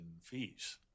fees